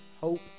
Hope